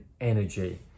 energy